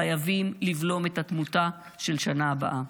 חייבים לבלום את התמותה של השנה הבאה.